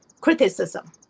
criticism